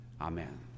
Amen